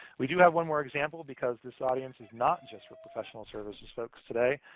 we do have one more example, because this audience is not just for professional services folks today.